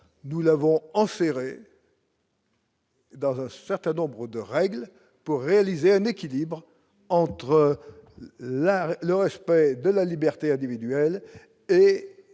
nous l'avons enserrer. Dans un certain nombre de règles pour réaliser un équilibre entre la le respect de la liberté individuelle et la nécessité